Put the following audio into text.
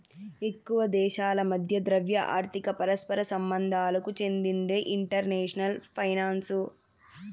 ఎక్కువ దేశాల మధ్య ద్రవ్య, ఆర్థిక పరస్పర సంబంధాలకు చెందిందే ఇంటర్నేషనల్ ఫైనాన్సు